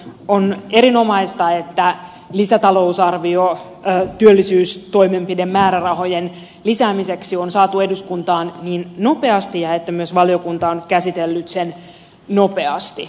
on erinomaista että lisätalousarvio työllisyystoimenpidemäärärahojen lisäämiseksi on saatu eduskuntaan niin nopeasti ja että myös valiokunta on käsitellyt sen nopeasti